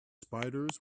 spiders